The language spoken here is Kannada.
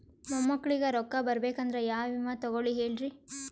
ಮೊಮ್ಮಕ್ಕಳಿಗ ರೊಕ್ಕ ಬರಬೇಕಂದ್ರ ಯಾ ವಿಮಾ ತೊಗೊಳಿ ಹೇಳ್ರಿ?